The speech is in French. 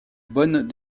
bonne